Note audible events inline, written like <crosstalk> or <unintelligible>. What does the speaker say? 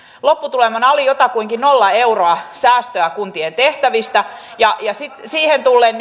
lopputulemana oli jotakuinkin nolla euroa säästöä kuntien tehtävistä siihen tullen <unintelligible>